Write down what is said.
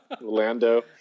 Lando